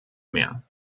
mehr